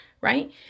right